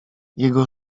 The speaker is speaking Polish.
jego